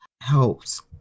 Helps